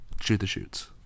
shoot-the-shoots